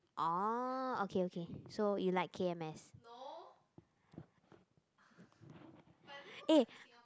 oh okay okay so you like K_N_S